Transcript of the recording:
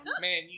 man